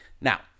Now